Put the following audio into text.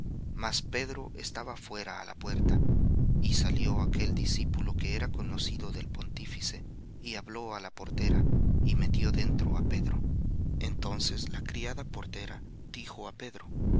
mas pedro estaba fuera á la puerta y salió aquel discípulo que era conocido del pontífice y habló á la portera y metió dentro á pedro entonces la criada portera dijo á pedro